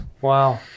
Wow